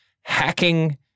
hacking